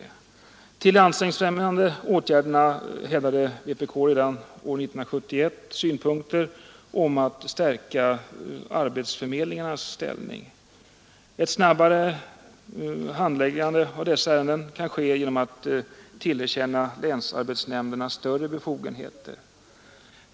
När det gäller de anställningsfrämjande åtgärderna hävdade vpk redan år 1971 synpunkter på behovet att stärka arbetsförmedlingarnas ställning. Ett snabbare handläggande av dessa ärenden kan ske genom att tillerkänna länsarbetsnämnderna större befogenheter.